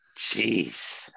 Jeez